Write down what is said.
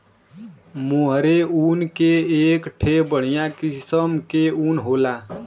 मोहेर ऊन एक ठे बढ़िया किस्म के ऊन होला